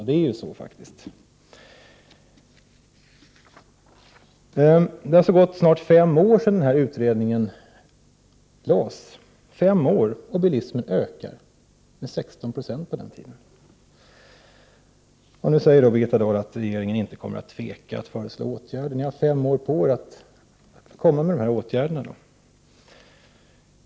Det har snart gått fem år sedan den här utredningen presenterades — och bilsmen har ökat med 16 96 under den tiden. Nu säger Birgitta Dahl att regeringen inte kommer att tveka att föreslå åtgärder. Ni har då fem år på er att komma med dessa åtgärder.